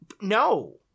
no